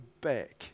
back